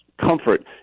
comfort